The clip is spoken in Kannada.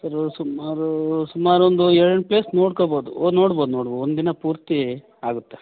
ಸರ್ ಸುಮಾರು ಸುಮಾರು ಒಂದು ಏಳು ಎಂಟು ಪ್ಲೇಸ್ ನೋಡ್ಕೋಬೋದು ಓ ನೋಡ್ಬೋದು ನೋಡ್ಬೋದು ಒಂದಿನ ಪೂರ್ತಿ ಆಗುತ್ತೆ